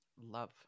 Love